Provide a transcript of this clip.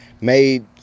made